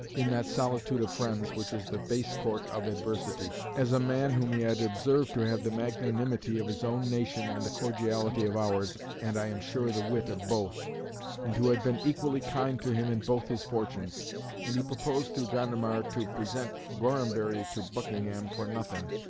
in that solitude of friends, which is the base-court of adversity, as a man whom he had observed to have the magnanimity of his own nation and the cordiality of ours, and i am sure the wit of both and who had been equally kind to him in both his fortunes and he proposed through gondomar to present gorhambury to buckingham for nothing,